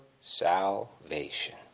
salvation